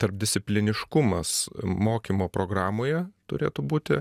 tarpdiscipliniškumas mokymo programoje turėtų būti